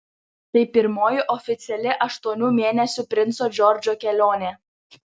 tai pirmoji oficiali aštuonių mėnesių princo džordžo kelionė